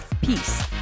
peace